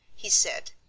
he said.